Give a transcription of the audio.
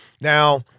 Now